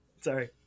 sorry